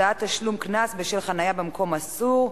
הודעת תשלום קנס בשל חנייה במקום אסור),